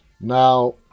Now